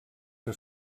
que